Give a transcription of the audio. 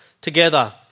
together